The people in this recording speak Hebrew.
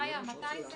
מתי זה